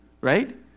right